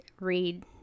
read